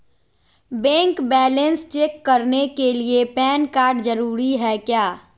Bank balance check करने के लिए पैन कार्ड जरूरी है क्या?